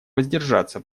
воздержаться